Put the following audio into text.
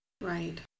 Right